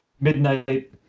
Midnight